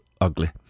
ugly